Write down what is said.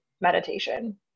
meditation